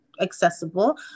accessible